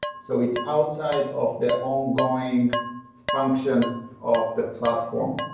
so it's outside of the ongoing function of the platform.